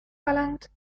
verlangt